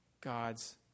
God's